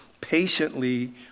patiently